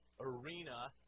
arena